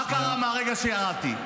מה קרה מהרגע שירדתי?